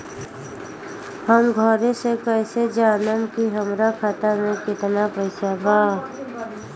हम घरे से कैसे जानम की हमरा खाता मे केतना पैसा बा?